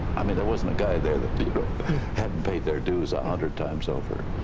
i mean there wasn't a guy there that hadn't paid their dues a hundred times over.